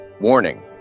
Warning